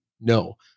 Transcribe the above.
No